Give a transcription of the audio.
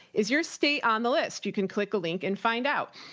is your state on the list? you can click a link and find out.